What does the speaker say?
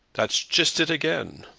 that's just it again.